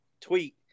tweet